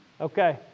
Okay